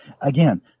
Again